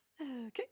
Okay